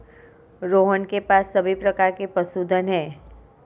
रोहन के पास सभी प्रकार के पशुधन है